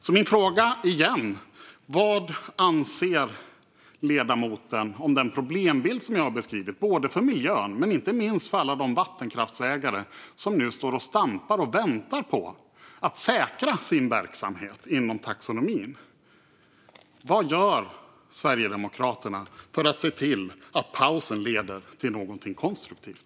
Jag frågar igen: Vad anser ledamoten om den problembild jag beskrivit för miljön och inte minst för alla de vattenkraftsägare som väntar på att kunna säkra sin verksamhet inom taxonomin? Vad gör Sverigedemokraterna för att se till att pausen leder till något konstruktivt?